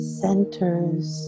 centers